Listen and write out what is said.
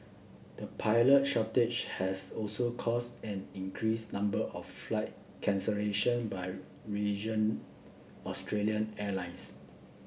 the pilot shortage has also caused an increased number of flight cancellation by region Australian airlines